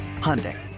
Hyundai